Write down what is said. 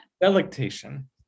Delectation